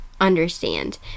understand